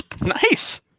Nice